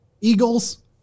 Eagles